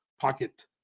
pocket